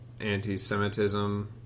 anti-Semitism